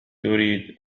تريد